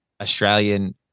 Australian